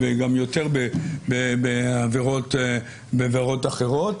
וגם יותר בעבירות אחרות,